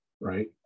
right